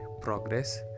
progress